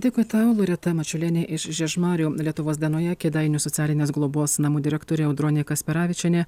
dėkui tau loreta mačiulienė iš žiežmarių lietuvos dienoje kėdainių socialinės globos namų direktorė audronė kasperavičienė